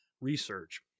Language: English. research